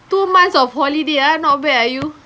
two months of holiday ah not bad ah you